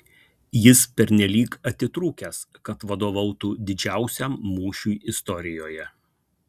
jis pernelyg atitrūkęs kad vadovautų didžiausiam mūšiui istorijoje